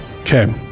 okay